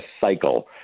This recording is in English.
cycle